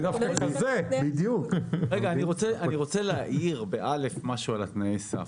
אני רוצה להאיר משהו על תנאי הסף.